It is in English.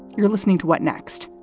you're listening to what next?